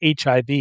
HIV